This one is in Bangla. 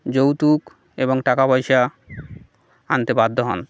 যৌতুক এবং টাকা পয়সা আনতে বাধ্য হন